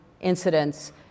incidents